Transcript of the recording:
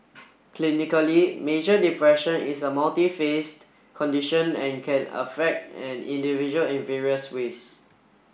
clinically major depression is a multifaceted condition and can affect an individual in various ways